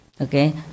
okay